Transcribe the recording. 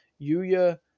Yuya